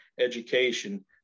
education